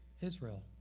Israel